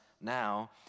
now